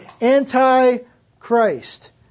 anti-Christ